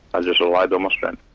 i just relied on my strength.